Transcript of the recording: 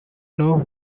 know